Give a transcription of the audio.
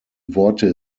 worte